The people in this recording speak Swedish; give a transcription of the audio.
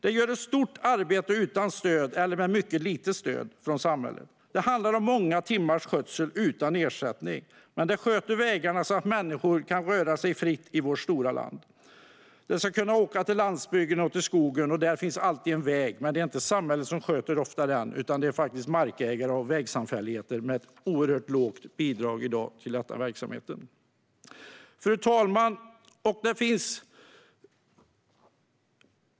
De gör ett stort arbete utan stöd från samhället eller med mycket lite stöd. Det handlar om många timmars skötsel utan ersättning. De sköter vägarna så att människor kan röra sig fritt i vårt stora land. Människor ska kunna åka till landsbygden och till skogen. Där finns alltid en väg, men det är ofta inte samhället som sköter den, utan det är markägare och vägsamfälligheter som gör det med ett i dag oerhört lågt bidrag till verksamheten.